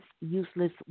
useless